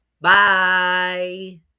Bye